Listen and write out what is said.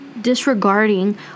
disregarding